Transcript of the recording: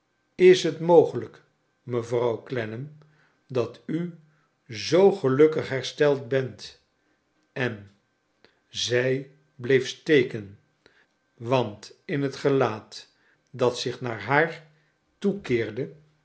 is t mogelijk mevrouw clennam dat u zoo gelukklig hersteld bent en zij bleef stekem want in jiet gelaat dat zich naar haar toekeerde